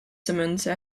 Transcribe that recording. samantha